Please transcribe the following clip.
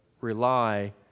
rely